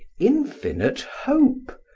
infinite hope,